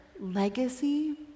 Legacy